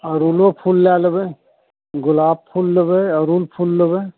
अड़हुलो फूल लै लेबै गुलाब फूल लेबै अड़हुल फूल लेबै